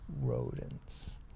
rodents